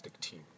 team